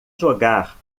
jogar